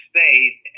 State